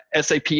SAP